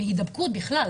מהידבקות בכלל.